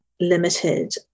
limited